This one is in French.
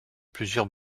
plusieurs